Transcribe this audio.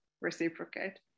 reciprocate